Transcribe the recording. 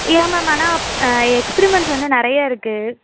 யா ma'am ஆனால் experiments வந்து நிறையா இருக்கு